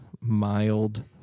mild